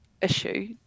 issue